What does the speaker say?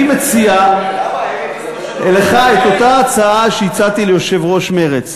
אני מציע לך את אותה הצעה שהצעתי ליושבת-ראש מרצ: